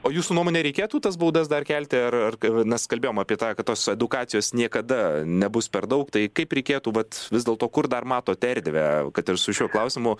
o jūsų nuomone reikėtų tas baudas dar kelti ar ką nes kalbėjom apie tą kitos edukacijos niekada nebus per daug tai kaip reikėtų vat vis dėlto kur dar matot erdvę kad ir su šiuo klausimu